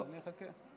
אני אחכה.